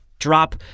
drop